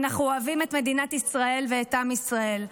אנחנו אוהבים את מדינת ישראל ואת עם ישראל.